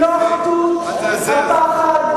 היא לא אחדות הפחד,